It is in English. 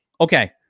Okay